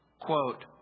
Quote